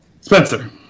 Spencer